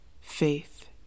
faith